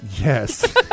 Yes